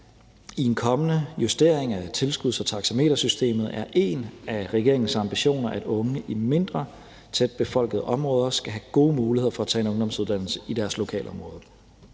I en kommende justering af tilskuds- og taxametersystemet er en af regeringens ambitioner, at unge i mindre tætbefolkede områder skal have gode muligheder for at tage en ungdomsuddannelse i deres lokalområde.